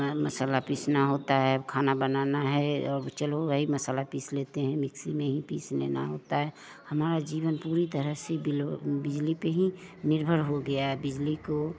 मसाला पीसना होता है खाना बनाना है अब चलो भाई मसाला पीस लेते हैं मिक्सी में ही पीस लेना होता हैं है मिक्सी में ही पीस लेना होता है हमारा जीवन पूरी तरह से बिलो बिजली पे ही निर्भर हो गया है बिजली को